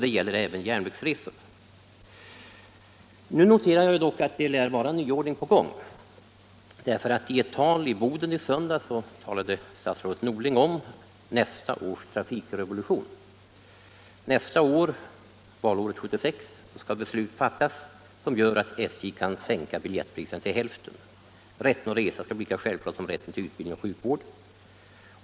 Detta gäller också om järnvägsresor. Jag noterar dock att det nu lär vara en nyordning på gång. I ett tal i Boden i söndags talade sålunda statsrådet Norling om ”nästa års trafikrevolution”. Nästa år — valåret 1976 — skall beslut fattas, som innebär att SJ kan sänka biljettpriserna till hälften, har det stått i pressen. Rätten att resa skall bli lika självklar som rätten till utbildning och sjukvård.